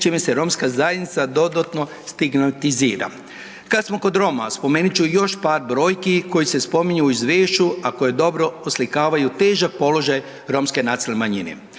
čime se romska zajednica dodatno stigmatizira. Kad smo kod Roma, spomenut ću još par brojki koji se spominju u izvješću, a koje dobro oslikavaju težak položaj romske nacionalne manjine.